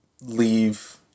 leave